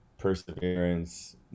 perseverance